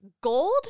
gold